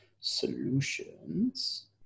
Solutions